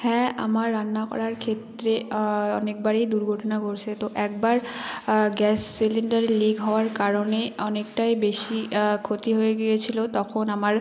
হ্যাঁ আমার রান্না করার ক্ষেত্রে অনেকবারই দুর্ঘটনা ঘটেছে তো একবার গ্যাস সিলিণ্ডারে লিক হওয়ার কারণে অনেকটাই বেশি ক্ষতি হয়ে গিয়েছিল তখন আমার